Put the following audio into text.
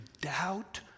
doubt